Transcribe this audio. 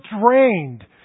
drained